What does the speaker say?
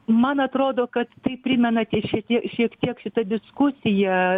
man atrodo kad tai primena tie šiek tiek šiek tiek šita diskusija